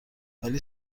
ولی